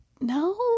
No